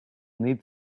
need